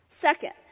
Second